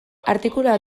artikulua